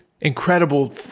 incredible